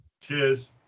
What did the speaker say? Cheers